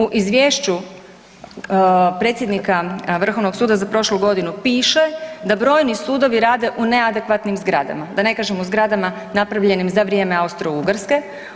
U Izvješću predsjednika Vrhovnog suda za prošlu godinu piše da brojni sudovi rade u neadekvatnim zgradama, da ne kažem u zgradama napravljenim za vrijeme Austro-ugarske.